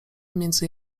między